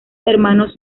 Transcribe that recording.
hermanos